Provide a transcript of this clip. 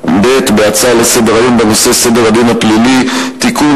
ובהצעה לסדר-היום מס' 3993 בנושא: סדר הדין הפלילי (תיקון,